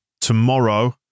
tomorrow